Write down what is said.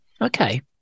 Okay